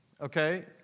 okay